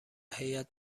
هیات